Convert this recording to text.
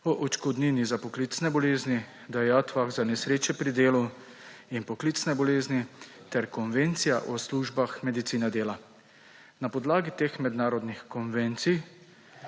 o odškodnini za poklicne bolezni, dajatvah za nesreče pri delu in poklicne bolezni ter konvencija o službah medicine dela. Na podlagi teh mednarodnih konvencij,